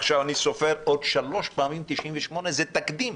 ועכשיו אני סופר עוד שלוש פעמים 98. זה תקדים.